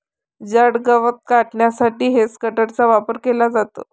जड गवत कापण्यासाठी हेजकटरचा वापर केला जातो